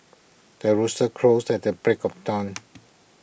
the rooster crows at the break of dawn